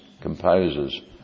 composers